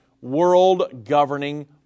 world-governing